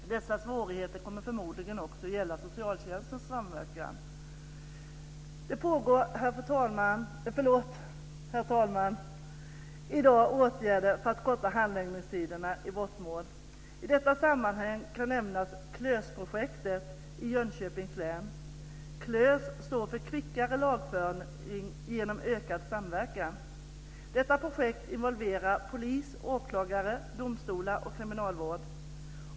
Dessa svårigheter kommer förmodligen också att gälla socialtjänstens samverkan. Det pågår, herr talman, i dag åtgärder för att korta handläggningstiderna i brottmål. I detta sammanhang kan nämnas KLÖS-projektet i Jönköpings län. KLÖS står för kvickare lagföring genom ökad samverkan. Detta projekt involverar polis, åklagare, domstolar och kriminalvård.